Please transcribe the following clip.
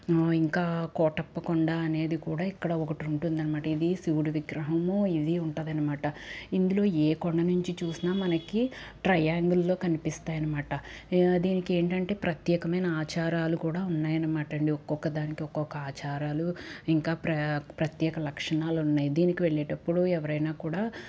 ఇంకా కోటప్పకొండ అనేది కూడా ఇక్కడ ఒకటి ఉంటుంది అనమాట ఇది శివుడి విగ్రహము ఇది ఉంటుంది అనమాట ఇందులో ఏ కొండ నుంచి చూసినా మనకి ట్రయాంగిల్లో కనిపిస్తాయి అనమాట దీనికి ఏంటంటే ప్రత్యేకమైన ఆచారాలకు కూడా ఉన్నాయనమాట అండి ఒక్కొక్క దానికి ఒక్కొక్క ఆచారాలు ఇంకా ప్ర ప్రత్యేక లక్షణాలు ఉన్నాయి దీనికి వెళ్ళేటప్పుడు ఎవరైనా కూడా